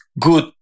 good